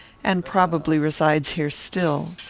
and probably resides here still.